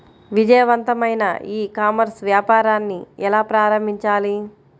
విజయవంతమైన e commerce వ్యాపారాన్ని ఎలా ప్రారంభించాలి?